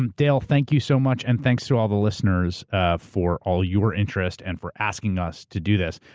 um dale, thank you so much, and thanks to all the listeners ah for all your interest and for asking us to do this.